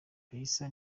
raissa